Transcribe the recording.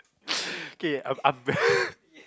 okay I'm I'm